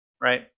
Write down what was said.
right